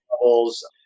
levels